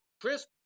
Chris